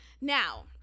Now